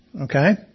okay